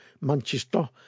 Manchester